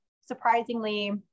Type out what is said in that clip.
surprisingly